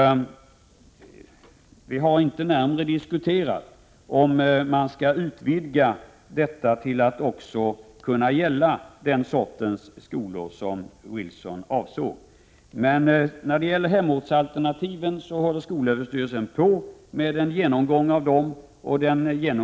Vi har inte tidigare diskuterat om man skall utvidga detta till att också gälla den sorts skolor som Carl-Johan Wilson talade för. SÖ håller på med en genomgång av hemortsalternativen.